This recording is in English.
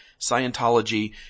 Scientology